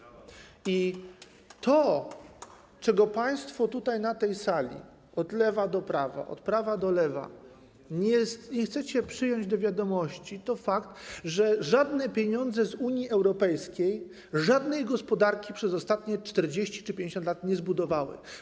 I to, czego państwo tutaj na tej sali - od lewa do prawa, od prawa do lewa - nie chcecie przyjąć do wiadomości, to fakt, że żadne pieniądze z Unii Europejskiej żadnej gospodarki przez ostatnie 40 czy 50 lat nie zbudowały.